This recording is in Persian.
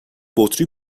بطری